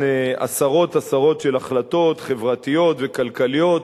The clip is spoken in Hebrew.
עשרות עשרות של החלטות חברתיות וכלכליות,